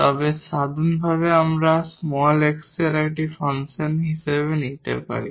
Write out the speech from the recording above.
তবে সাধারণভাবে আমরা x এর একটি ফাংশন হিসাবে নিতে পারি